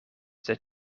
sed